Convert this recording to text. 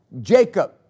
Jacob